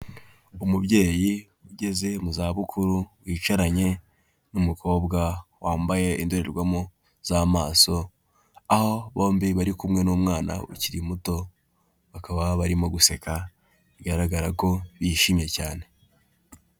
Umubyeyi ugeze mu za bukuru wicaranye n'umukobwa wambaye indorerwamo z'amaso, aho bombi bari kumwe n'umwana ukiri muto bakaba barimo guseka bigaragara ko bishimye cyane.